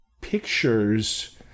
pictures